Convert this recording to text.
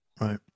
right